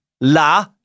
La